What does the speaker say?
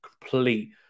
complete